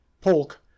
Polk